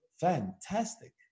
fantastic